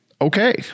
Okay